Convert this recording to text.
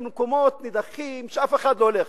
למקומות נידחים שאף אחד לא הולך.